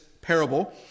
parable